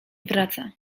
wraca